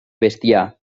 bestiar